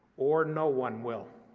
or no one will.